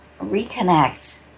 reconnect